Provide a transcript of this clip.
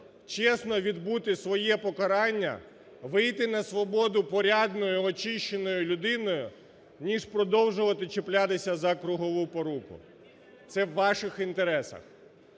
чесно відбути своє покарання, вийти на свободу порядною очищеною людиною, ніж продовжувати чіплятися за кругову поруку, це в ваших інтересах.